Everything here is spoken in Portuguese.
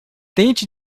tente